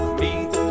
meet